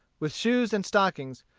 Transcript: with shoes and stockings,